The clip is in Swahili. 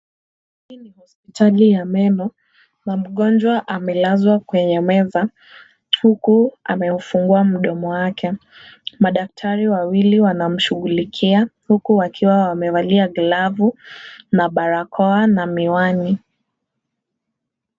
Hii ni hospitali ya meno. Kuna mgonjwa amelazwa kwenye meza huku ameufungua mdogo wake. Madaktari wawili wanamshughulikia huku wakiwa wamevalia glavu na barakoa na miwani.